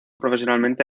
profesionalmente